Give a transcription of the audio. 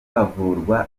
havurwa